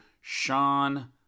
Sean